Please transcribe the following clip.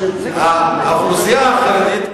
האוכלוסייה החרדית,